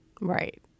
Right